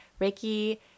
Reiki